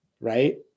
right